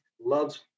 loves